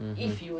mmhmm